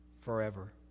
forever